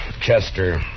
Chester